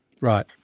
Right